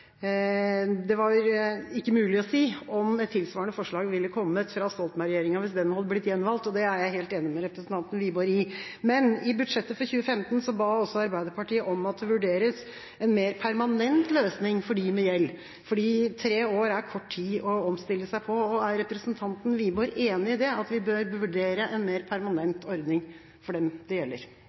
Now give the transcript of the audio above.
det ikke var mulig å si om et tilsvarende forslag ville kommet fra Stoltenberg-regjeringa hvis den hadde blitt gjenvalgt, og det er jeg helt enig med representanten Wiborg i. Men i budsjettet for 2015 ba også Arbeiderpartiet om at det vurderes en mer permanent løsning for dem med gjeld, fordi tre år er kort tid å omstille seg på. Er representanten Wiborg enig i at vi bør vurdere en mer permanent ordning for dem det gjelder?